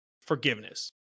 forgiveness